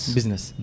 Business